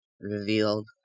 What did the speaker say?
revealed